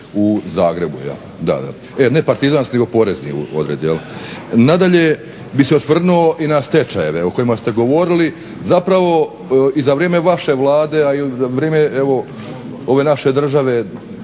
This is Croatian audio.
u Zagrebu. Da, da, e ne partizanski nego porezni odred. Nadalje bih se osvrnuo i na stečajeve o kojima ste govorili. Zapravo i za vrijeme vaše Vlade, a i za vrijeme evo ove naše države,